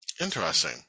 Interesting